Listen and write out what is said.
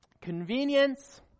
Convenience